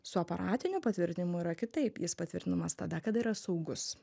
su aparatiniu patvirtinimu yra kitaip jis patvirtinamas tada kada yra saugus